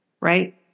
Right